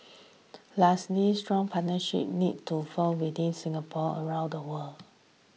lastly strong partnerships need to forged within Singapore around the world